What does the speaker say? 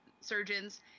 surgeons